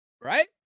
Right